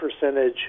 percentage